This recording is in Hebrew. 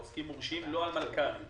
עוסקים מורשים לא על מלכ"רים,